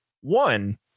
One